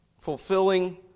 fulfilling